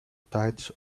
tides